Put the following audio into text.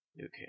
Okay